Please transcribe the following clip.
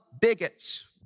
bigots